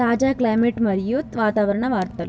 తాజా క్లైమేట్ మరియు వాతావరణ వార్తలు